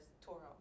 Toro